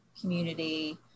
community